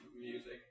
music